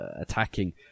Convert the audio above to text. attacking